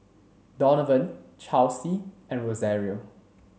Donavan Chelsey and Rosario